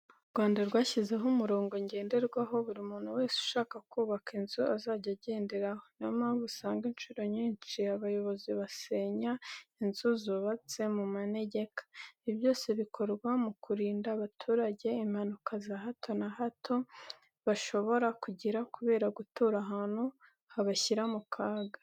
U Rwanda rwashyizeho umurongo ngenderwaho buri muntu wese ushaka kubaka inzu azajya agenderaho. Niyo mpamvu usanga incuro nyinshi abayobozi basenya inzu zubatse mu manegeka. Ibi byose bikorwa mu kurinda abaturage impanuka za hato na hato bashobora kugira, kubera gutura ahantu habashyira mu kaga.